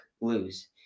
lose